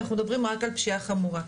אנחנו מדברים רק על פשיעה חמורה.